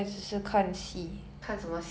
!wow!